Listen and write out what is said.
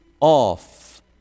off